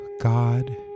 God